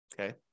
Okay